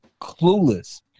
clueless